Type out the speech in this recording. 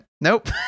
Nope